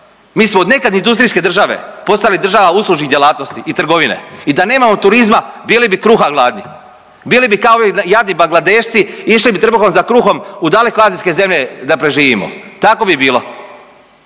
Mi smo od nekad industrijske država postali država uslužnih djelatnosti i trgovine i da nemamo turizma bili bi kruha gladni. Bili bi kao i jadni bangladešci, išli bi trbuhom za kruhom u dalekoazijske zemlja da preživimo. Tako bi bilo.